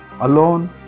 alone